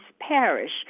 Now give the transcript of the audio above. Parish